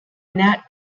nat